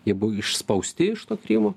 jie buvo išspausti iš to krymo